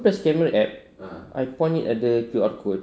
aku press camera app I point it at the Q_R code